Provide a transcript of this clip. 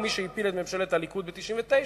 ומי שהפיל את ממשלת הליכוד ב-1999,